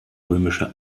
römische